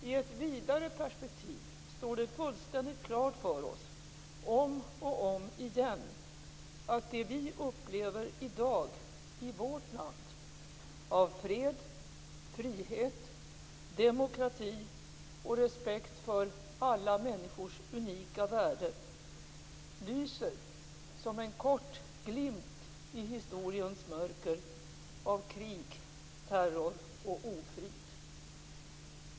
I ett vidare perspektiv står det fullständigt klart för oss, om och om igen, att det vi upplever i dag i vårt land - av fred, frihet, demokrati och respekt för alla människors unika värde - lyser som en kort glimt i historiens mörker av krig, terror och ofrid.